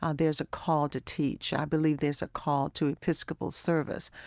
ah there's a call to teach. i believe there's a call to episcopal service,